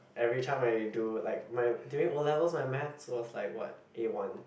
everytime I do like my during O-levels my math was like what A-one